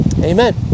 amen